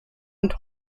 und